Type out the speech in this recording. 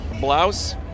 Blouse